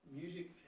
music